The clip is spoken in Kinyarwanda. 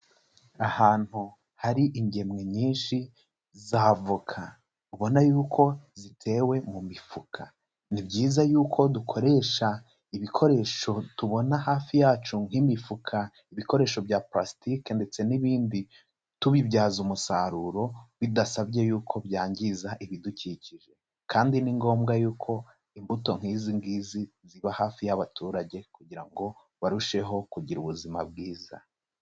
Ahantu hari ingemwe nyinshi z'avoka ubona y'uko zitewe mu mifuka, ni byiza y'uko dukoresha ibikoresho tubona hafi yacu nk'imifuka, ibikoresho bya palasitike ndetse n'ibindi tubibyaza umusaruro bidasabye y'uko byangiza ibidukikije kandi ni ngombwa y'uko imbuto nk'izi ngizi ziba hafi y'abaturage kugira ngo barusheho kugira ubuzima bwiza.